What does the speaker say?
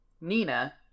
Nina